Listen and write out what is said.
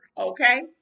okay